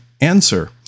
answer